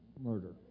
murder